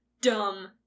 dumb